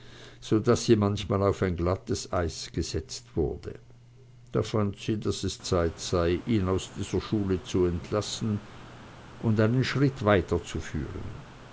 so daß sie manchmal auf ein glattes eis gesetzt wurde da fand sie daß es zeit sei ihn aus dieser schule zu entlassen und einen schritt weiter